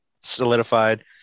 solidified